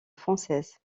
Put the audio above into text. française